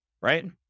right